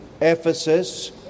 Ephesus